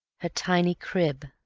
her tiny crib,